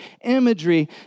imagery